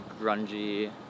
grungy